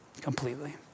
completely